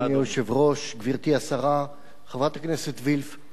אדוני היושב-ראש, גברתי השרה, חברת הכנסת וילף,